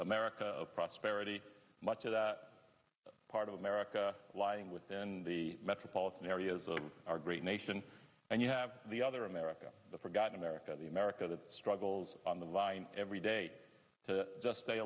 america of prosperity much of that part of america lying with the metropolitan areas of our great nation and you have the other america the forgotten america the america that struggles on the line every day to just stay